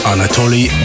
Anatoly